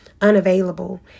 unavailable